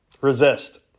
resist